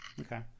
okay